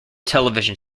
television